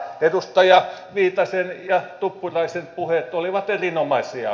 edustaja viitasen ja tuppuraisen puheet olivat erinomaisia